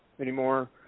anymore